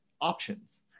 options